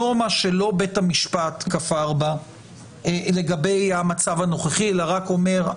נורמה שלא בית המשפט כפר בה לגבי המצב הנוכחי אלא רק אומר,